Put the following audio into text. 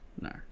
No